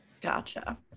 gotcha